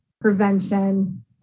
prevention